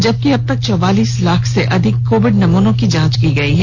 जबकि अबतक चौवालीस लाख से अधिक कोविड नमूनों की जांच की गई है